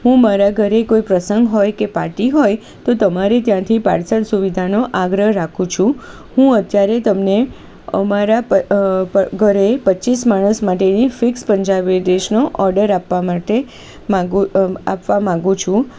હું મારાં ઘરે કોઈ પ્રસંગ હોય કે પાર્ટી હોય તો તમારે ત્યાંથી પાર્સલ સુવિધાનો આગ્રહ રાખું છું હું અત્યારે તમને અમારાં ઘરે પચીસ માણસ માટેની ફિક્સ પંજાબી ડિશનો ઓર્ડર આપવાં માટે માગું આપવાં માગું છું